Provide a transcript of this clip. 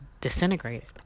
disintegrated